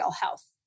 health